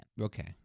Okay